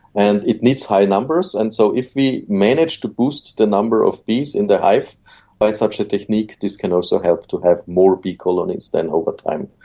and it needs high numbers, and so if we manage to boost the number of bees in the hive by such a technique, this can also help to have more bee colonies over time.